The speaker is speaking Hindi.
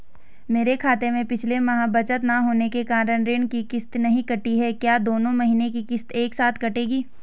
मेरे खाते में पिछले माह बचत न होने के कारण ऋण की किश्त नहीं कटी है क्या दोनों महीने की किश्त एक साथ कटेगी?